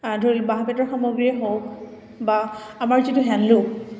ধৰি ললোঁ বাঁহ বেতৰ সামগ্ৰীয়ে হওক বা আমাৰ যিটো হেণ্ডলোম